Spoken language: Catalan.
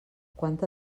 quanta